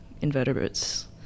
invertebrates